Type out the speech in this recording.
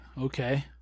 Okay